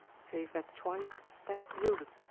save that twice a step yielded,